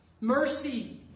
Mercy